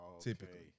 typically